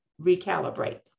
recalibrate